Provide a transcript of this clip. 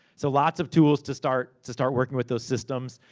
so, lots of tools to start to start working with those systems.